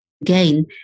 again